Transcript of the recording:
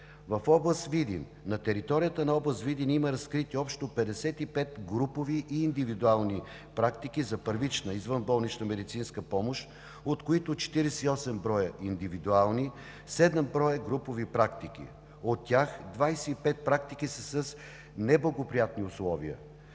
Област Видин. На територията на област Видин има разкрити общо 55 групови и индивидуални практики за първична извънболнична медицинска помощ, от които 48 броя индивидуални и седем броя групови практики, от тях 25 практики са с неблагоприятни условия.